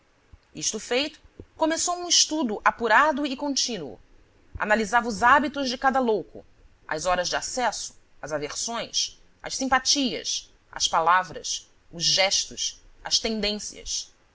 isto feito começou um estudo aturado e contínuo analisava os hábitos de cada louco as horas de acesso as aversões as simpatias as palavras os gestos as tendências